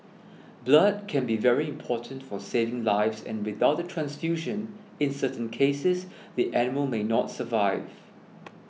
blood can be very important for saving lives and without a transfusion in certain cases the animal may not survive